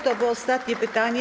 To było ostatnie pytanie.